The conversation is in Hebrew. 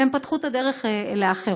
והן פתחו את הדרך לאחרות.